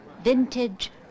Vintage